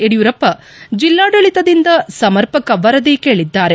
ಯಡಿಯೂರಪ್ಪ ಜಿಲ್ಲಾಡಳಿತದಿಂದ ಸಮರ್ಪಕ ವರದಿ ಕೇಳಿದ್ದಾರೆ